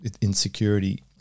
insecurity